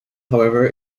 however